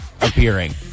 appearing